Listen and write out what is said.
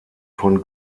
von